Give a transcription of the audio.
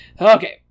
Okay